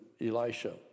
Elisha